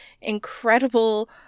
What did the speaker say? incredible